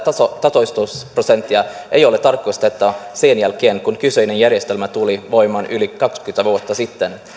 tasoitusprosenttia ei ole tarkistettu sen jälkeen kun kyseinen järjestelmä tuli voimaan yli kaksikymmentä vuotta sitten